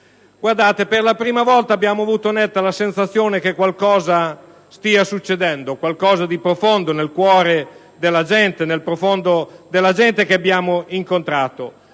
Per la prima volta abbiamo avuto netta la sensazione che stia succedendo qualcosa di profondo nel cuore della gente che abbiamo incontrato